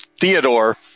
Theodore